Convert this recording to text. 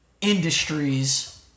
industries